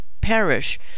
perish